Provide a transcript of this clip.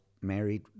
married